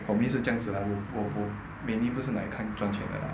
for me 是这样子 lah 我我我 mainly 不是来看转钱的 lah